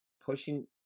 pushing